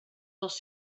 dels